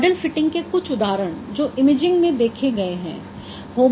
model fitting के कुछ उदाहरण जो इमेजिंग में देखे गए हैं